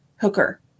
hooker